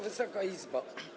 Wysoka Izbo!